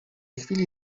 chwili